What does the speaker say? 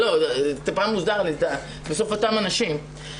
זה בסוף אותם אנשים.